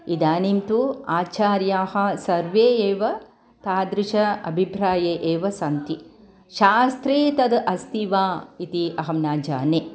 इदानीं तु आचार्याः सर्वे एव तादृश अभिप्राये एव सन्ति शास्त्रे तद् अस्ति वा इति अहं न जाने